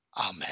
Amen